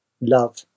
Love